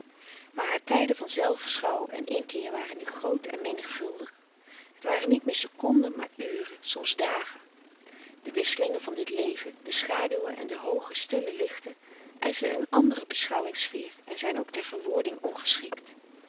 haar tijden van zelfschouw en inkeer waren nu groot en menigvuldig het waren niet meer seconden maar uren soms dagen de wisselingen van dit leven de schaduwen en de hooge stille lichten eischen een andere beschouwings sfeer en zijn ook ter verwoording